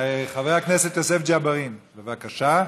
חבר הכנסת יוסף ג'בארין, בבקשה.